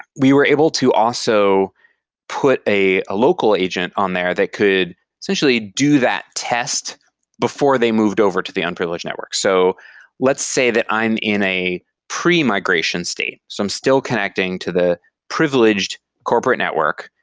we were able to also put a a local agent on there that could essentially do that test before they moved over to the unprivileged network. so let's say that i'm in a pre migration state. so i'm still connecting to the privileged corporate network,